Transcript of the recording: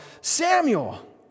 Samuel